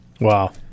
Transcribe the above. Wow